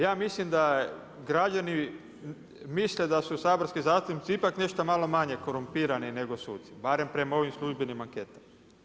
Ja mislim da građani misle da su saborski zastupnici ipak nešto malo manje korumpirani nego suci, barem prema ovim službenim anketama.